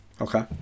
Okay